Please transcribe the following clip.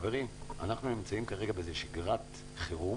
חברים, אנחנו נמצאים כרגע בשגרת חירום